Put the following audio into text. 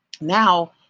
now